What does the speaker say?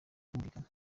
kumvikana